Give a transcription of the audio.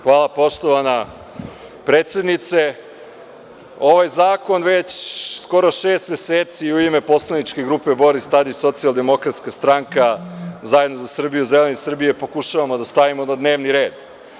Hvala poštovana predsednice, ovaj zakon već skoro šest meseci u ime poslaničke grupe Boris Tadić, Socijaldemokratska stranka, Zajedno za Srbiju, Zeleni Srbije, pokušavamo da stavimo na dnevni red.